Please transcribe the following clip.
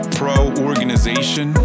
pro-organization